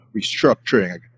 restructuring